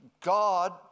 God